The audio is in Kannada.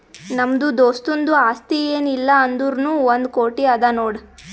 ನಮ್ದು ದೋಸ್ತುಂದು ಆಸ್ತಿ ಏನ್ ಇಲ್ಲ ಅಂದುರ್ನೂ ಒಂದ್ ಕೋಟಿ ಅದಾ ನೋಡ್